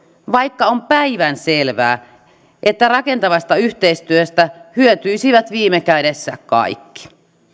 vaikka on päivänselvää että rakentavasta yhteistyöstä hyötyisivät viime kädessä kaikki